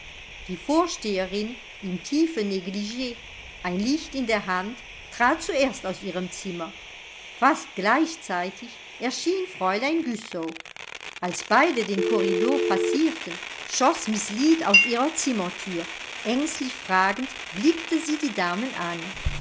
die vorsteherin im tiefen negligee ein licht in der hand trat zuerst aus ihrem zimmer fast gleichzeitig erschien fräulein güssow als beide den korridor passierten schoß miß lead aus ihrer zimmerthür ängstlich fragend blickte sie die damen an